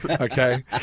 okay